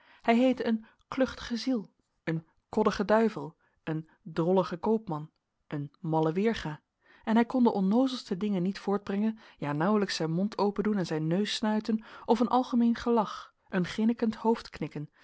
hij heette een kluchtige ziel een koddige duivel een drollige koopman een malle weerga en hij kon de onnoozelste dingen niet voortbrengen ja nauwlijks zijn mond opendoen en zijn neus snuiten of een algemeen gelach een